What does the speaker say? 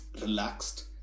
relaxed